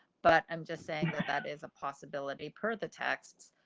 but i'm just saying that that is a possibility per the text.